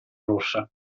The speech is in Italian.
rossa